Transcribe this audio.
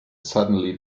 suddenly